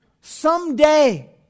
someday